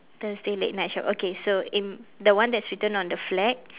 thursday late night show okay so in the one that's written on the flag